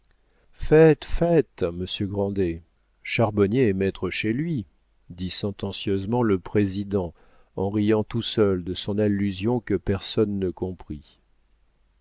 faites monsieur grandet charbonnier est maire chez lui dit sentencieusement le président en riant tout seul de son allusion que personne ne comprit